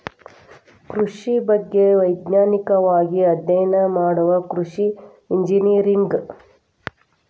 ಕೃಷಿ ಬಗ್ಗೆ ವೈಜ್ಞಾನಿಕವಾಗಿ ಅಧ್ಯಯನ ಮಾಡುದ ಕೃಷಿ ಇಂಜಿನಿಯರಿಂಗ್